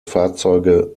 fahrzeuge